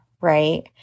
right